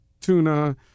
tuna